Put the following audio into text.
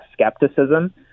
skepticism